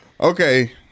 Okay